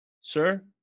Sir